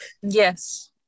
Yes